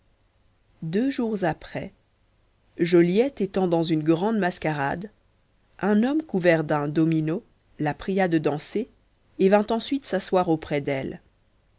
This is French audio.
deux jours après joliette étant dans une grande mascarade un homme couvert d'un domino la pria de danser et vint ensuite s'asseoir auprès d'elle